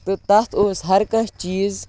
تہٕ تَتھ اوس ہر کانٛہہ چیٖز